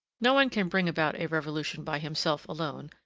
no one can bring about a revolution by himself alone,